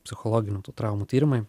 psichologinių tų traumų tyrimai